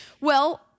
Well-